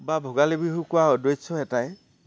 বা ভোগালী বিহু কোৱাৰ উদ্দেশ্য এটাই